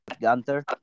Gunther